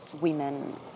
women